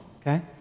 okay